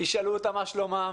המורים ישאלו אותם מה שלומם,